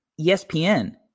ESPN